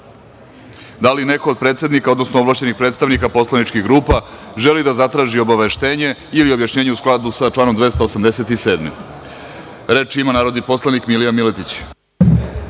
li neko od predsednika, odnosno ovlašćenih predstavnika poslaničkih grupa želi da zatraži obaveštenje ili objašnjenje, u skladu sa članom 277. Poslovnika? Reč ima narodni poslanik Milija Miletić.